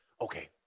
Okay